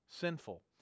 sinful